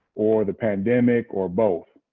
or the pandemic, or both.